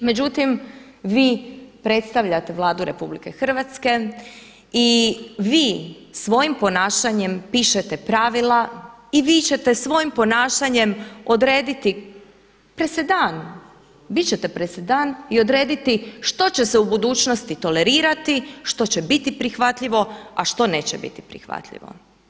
Međutim, vi predstavljate Vladu Republike Hrvatske i vi svojim ponašanjem pišete pravila i vi ćete svojim ponašanjem odrediti presedan, bit ćete presedan i odrediti što će se u budućnosti tolerirati, što će biti prihvatljivo, a što neće biti i prihvatljivo.